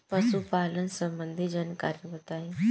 पशुपालन सबंधी जानकारी बताई?